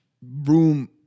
room